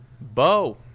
bo